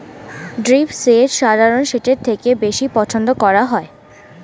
drip সেচ সাধারণ সেচের থেকে বেশি পছন্দ করা হয়